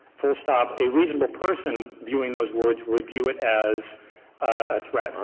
full stop, a reasonable person viewing those words would view it as a threat.